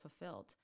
fulfilled